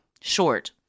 Short